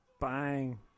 Bang